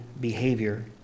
behavior